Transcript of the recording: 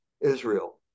Israel